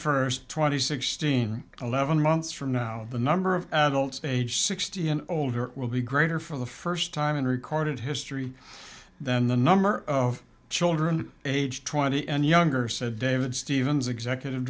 first twenty sixteen eleven months from now the number of adults age sixty and older will be greater for the first time in recorded history than the number of children aged twenty and younger said david stevens executive